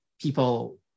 people